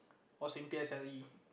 was in P_S_L_E